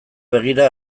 begira